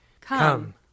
Come